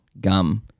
Gum